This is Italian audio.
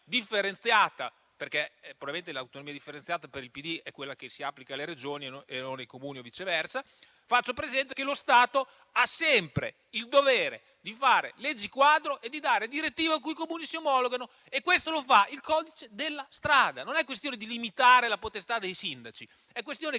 differenziata - probabilmente l'autonomia differenziata per il PD è quella che si applica alle Regioni e non ai Comuni o viceversa - ha sempre il dovere di fare leggi quadro e di dare direttive a cui i Comuni si omologano. E questo lo fa il codice della strada. Non è questione di limitare la potestà dei sindaci. È questione